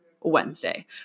Wednesday